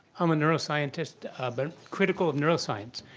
i'm a neuroscientist, ah but critical of neuroscience.